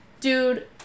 Dude